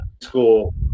school